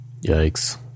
Yikes